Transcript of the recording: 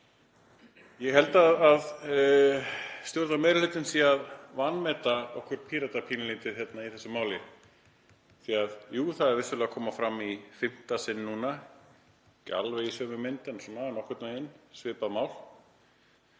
Ég held að stjórnarmeirihlutinn sé að vanmeta okkur Pírata pínulítið í þessu máli. Jú, frumvarpið er vissulega að koma fram í fimmta sinn núna, ekki í alveg sömu mynd en svona nokkurn veginn, svipað mál,